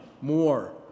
more